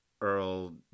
Earl